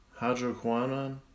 hydroquinone